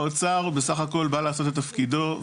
האוצר בסך הכול בא לעשות את תפקידו.